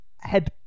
head